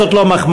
זאת לא מחמאה.